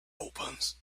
opens